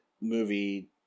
movie